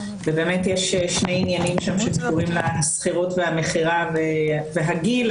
באמת יש שני עניינים שם שקשורים לשכירות והמכירה והגיל,